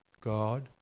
God